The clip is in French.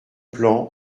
plan